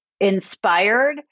inspired